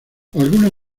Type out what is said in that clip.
algunas